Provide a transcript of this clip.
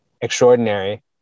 extraordinary